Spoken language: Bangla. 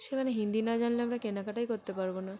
সেখানে হিন্দি না জানলে আমরা কেনাকাটাই করতে পারব না